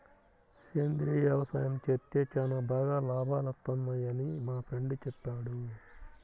సేంద్రియ యవసాయం చేత్తే చానా బాగా లాభాలొత్తన్నయ్యని మా ఫ్రెండు చెప్పాడు